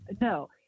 No